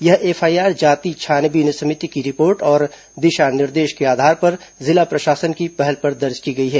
यह एफआईआर जाति छानबीन समिति की रिपोर्ट और दिशा निर्देश के आधार पर जिला प्रशासन की पहल पर दर्ज की गई है